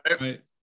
Right